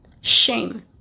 Shame